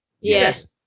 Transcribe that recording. Yes